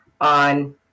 on